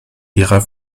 ihrer